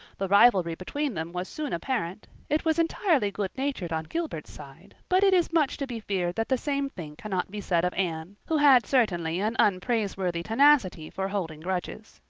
the rivalry between them was soon apparent it was entirely good natured on gilbert's side but it is much to be feared that the same thing cannot be said of anne, who had certainly an unpraiseworthy tenacity for holding grudges.